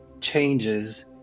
changes